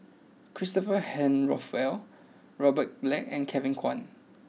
Christopher Henry Rothwell Robert Black and Kevin Kwan